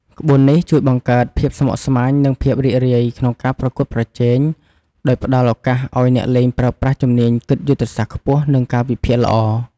ក្បួននេះជួយបង្កើតភាពស្មុគស្មាញ និងភាពរីករាយក្នុងការប្រកួតប្រជែង ដោយផ្តល់ឱកាសឲ្យអ្នកលេងប្រើប្រាស់ជំនាញគិតយុទ្ធសាស្ត្រខ្ពស់ និងការវិភាគល្អ។